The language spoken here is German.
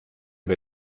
wir